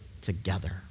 together